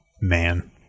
man